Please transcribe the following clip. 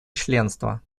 членства